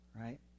right